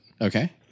okay